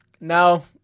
no